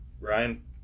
Ryan